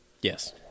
Yes